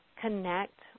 connect